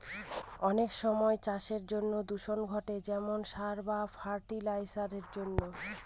অনেক সময় চাষের জন্য দূষণ ঘটে যেমন সার বা ফার্টি লাইসারের জন্য